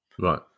right